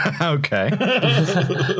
Okay